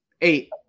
Eight